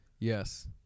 Yes